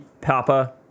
Papa